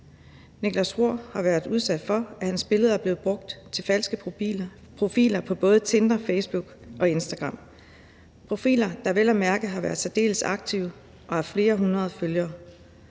Niklas Roar har været udsat for, at hans billede er blevet brugt til falske profiler på både Tinder, Facebook og Instagram – profiler, der vel at mærke har været særdeles aktive og har flere hundrede følgere.